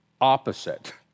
opposite